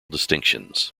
distinctions